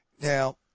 Now